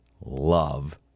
love